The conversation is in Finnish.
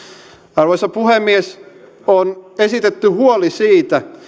arvoisa puhemies on esitetty huoli siitä